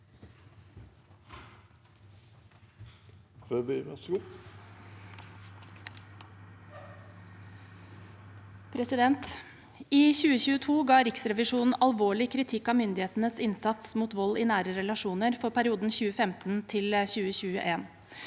I 2022 ga Riksre- visjonen alvorlig kritikk av myndighetenes innsats mot vold i nære relasjoner for perioden 2015–2021.